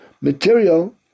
material